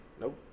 Nope